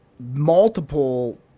Multiple